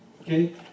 okay